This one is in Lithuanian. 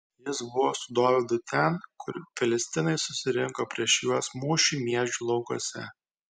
jis buvo su dovydu ten kur filistinai susirinko prieš juos mūšiui miežių laukuose